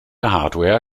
hardware